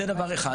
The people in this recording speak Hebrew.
זה דבר אחד.